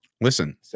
Listen